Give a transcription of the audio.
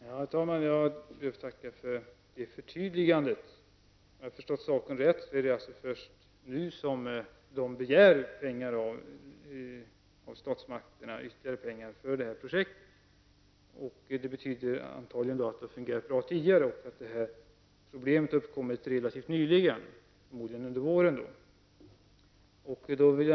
Herr talman! Jag ber att få tacka för förtydligandet. Om jag har förstått rätt är det först nu som man begär ytterligare pengar för det här projektet av statsmakterna. Det betyder antagligen att det har fungerat bra tidigare och att problemet har uppkommit relativt nyligen, förmodligen under våren.